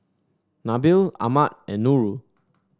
Nabil Ahmad and Nurul